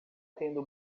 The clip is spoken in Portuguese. tendo